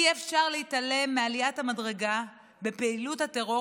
אי-אפשר להתעלם מעליית המדרגה בפעילות הטרור